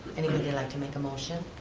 anybody like to make a motion?